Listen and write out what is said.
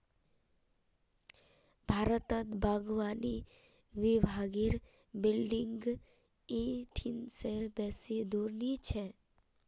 भारतत बागवानी विभागेर बिल्डिंग इ ठिन से बेसी दूर नी छेक